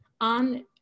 on